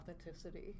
authenticity